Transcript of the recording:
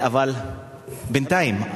בינתיים.